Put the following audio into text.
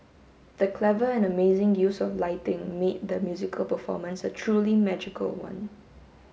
the clever and amazing use of lighting made the musical performance a truly magical one